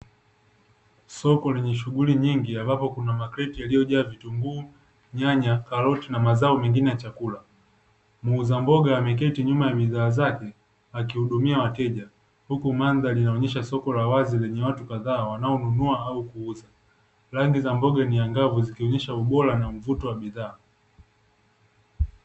Soko lenye shughuli nyingi ambapo kuna makreti yaliyojaa vitunguu, nyanya, karoti na mazao mengine ya chakula. Muuza mboga ameketi nyuma ya bidhaa zake akihudumia wateja huku mandhari inaonyesha soko la wazi lenye watu kadhaa wanao nunua au kuuza, rangi za mboga ni angavu zikionyesha ubora na mvuto wa bidhaa.